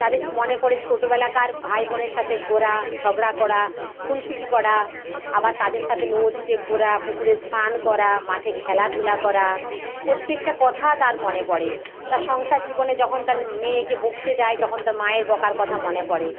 তাদের মনে পড়ে ছোটবেলাকার ভাই বোনের সাথে ঘোরা ঝগড়া করা খুনসুটি করা আবার তাদের সাথে নদীতে ঘোরা পুকুরে স্নান করা মাঠে খেলাধুলা করা প্রত্যেকটা কথা তার মনে পরে তার সংসার জীবনে যখন তার মেয়েকে বকতে যায় তখন তার মায়ের বকার কথা মনে পরে